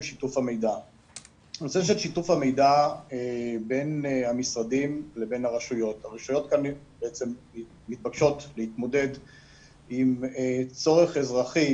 המידע הזה לרשות עצמה כדי שהיא תוכל למפות ולתת את התשובות לאזרחים